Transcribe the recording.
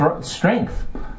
strength